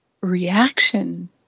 reaction